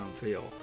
feel